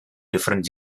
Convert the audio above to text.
different